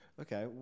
Okay